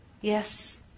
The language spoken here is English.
Yes